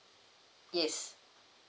yes